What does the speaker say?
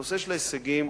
נושא ההישגים,